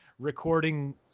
recording